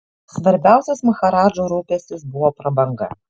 svarbiausias maharadžų rūpestis buvo prabanga